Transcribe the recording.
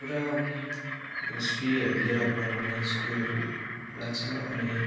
पुरा फीहरू लिएर पढाउने स्कुलहरू पुरा छ अनि